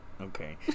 Okay